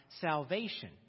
salvation